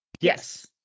Yes